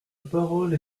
parole